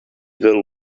girl